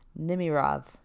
nimirov